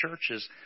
churches